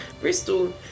Bristol